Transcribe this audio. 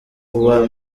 kuba